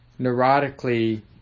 neurotically